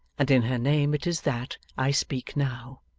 and in her name it is that i speak now